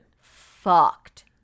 Fucked